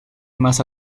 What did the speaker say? más